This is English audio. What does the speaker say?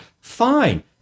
Fine